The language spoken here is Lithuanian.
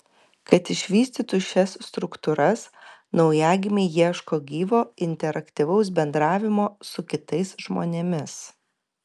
kad išvystytų šias struktūras naujagimiai ieško gyvo interaktyvaus bendravimo su kitais žmonėmis